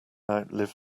outlive